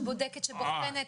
שבוחנת,